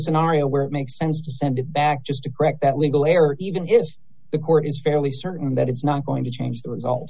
scenario where it makes sense to send it back just to correct that legal error even if the court is fairly certain that it's not going to change the result